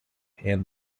and